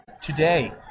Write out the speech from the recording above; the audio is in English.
Today